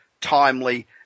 timely